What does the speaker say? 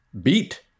beat